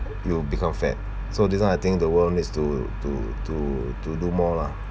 you will become fat so this [one] I think the world needs to to to to do more lah